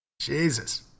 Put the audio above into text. jesus